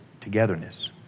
togetherness